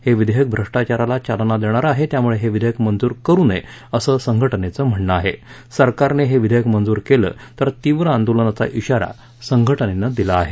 हे विधेयक भ्रष्टाचाराला चालना देणारं आहे त्यामुळे हे विधेयक मंजूर करू नये असं संघटनेचं म्हणणं आहे सरकारने हे विधेयक मंजूर केल्यास तीव्र आंदोलनाचा शिवारा संघटनेनं दिला आहे